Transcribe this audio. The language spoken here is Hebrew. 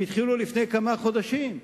הם התחילו לפני כמה חודשים.